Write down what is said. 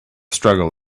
struggle